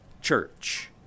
church